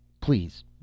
Please